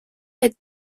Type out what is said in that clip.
est